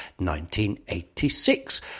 1986